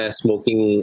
smoking